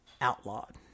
outlawed